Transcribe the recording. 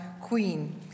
queen